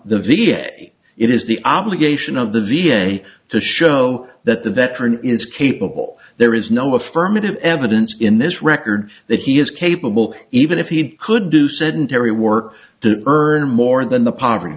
the v a it is the obligation of the v a to show that the veteran is capable there is no affirmative evidence in this record that he is capable even if he could do sedentary work to earn more than the poverty